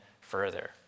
further